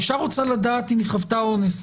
שאישה רוצה לדעת אם היא חוותה אונס,